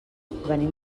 venim